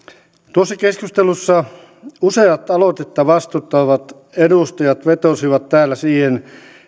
tuossa keskustelussa useat aloitetta vastustavat edustajat vetosivat täällä siihen